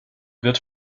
wird